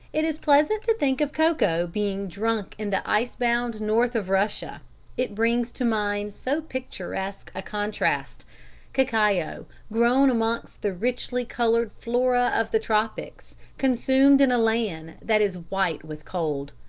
it is pleasant to think of cocoa being drunk in the icebound north of russia it brings to mind so picturesque a contrast cacao, grown amongst the richly-coloured flora of the tropics, consumed in a land that is white with cold.